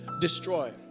destroy